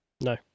no